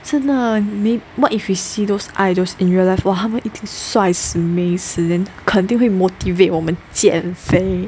真的 may what if we see those idols in your life !wah! 他们一定帅死美死 then 肯定会 motivate 我们减肥